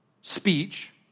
speech